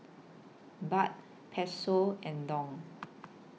Baht Peso and Dong